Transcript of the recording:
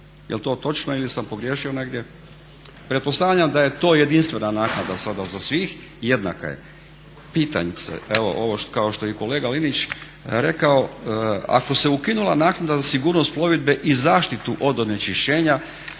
Jel to točno ili sam pogriješio negdje? Pretpostavljam da je to jedinstvena naknada sada za svih jednaka je. Pitam se, evo ovo kao što je i kolega Linić rekao, ako se ukinula naknada za sigurnost plovidbe i zaštitu od onečišćenja